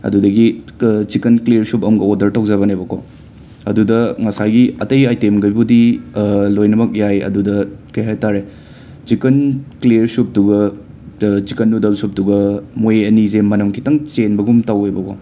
ꯑꯗꯨꯗꯒꯤ ꯀꯥ chicken clear soup ꯑꯝꯒ ꯑꯣꯗꯔ ꯇꯧꯖꯕꯅꯦꯕꯀꯣ ꯑꯗꯨꯗ ꯉꯁꯥꯏꯒꯤ ꯑꯇꯩ ꯑꯥꯏꯇꯦꯝ ꯒꯩꯕꯨꯗꯤ ꯂꯣꯏꯅꯃꯛ ꯌꯥꯏ ꯑꯗꯨꯗ ꯀꯩꯍꯥꯏꯇꯥꯔꯦ ꯆꯤꯛꯀꯟ ꯀ꯭ꯂꯤꯌꯔ ꯁꯨꯞꯇꯨꯒ ꯆꯤꯛꯀꯟ ꯅꯨꯗꯜꯁ ꯁꯨꯞꯇꯨꯒ ꯃꯣꯏ ꯑꯅꯤꯖꯦ ꯃꯅꯝ ꯈꯤꯇꯪ ꯆꯦꯟꯕꯒꯨꯝ ꯇꯧꯑꯦꯕꯀꯣ